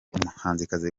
umuhanzikazi